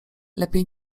lepiej